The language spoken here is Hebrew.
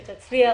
שאתה תצליח.